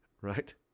right